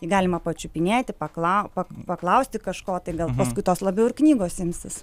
galima pačiupinėti pakla pa paklausti kažko tai gal kitos labiau ir knygos imsis